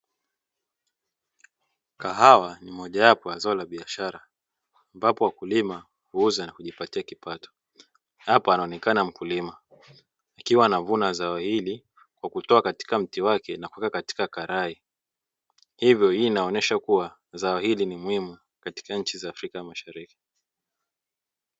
Kahawa ni mojawapo ya zao la biashara ambapo wakulima huuza na kujipatia kipato. Hapa anaonekana mkulima akiwa anavuna zao hili kwa kutoa katika mti wake na kuweka katika karai. Hivyo hii inaonesha kuwa zao hili ni muhimu katika nchi za Afrika mashariki.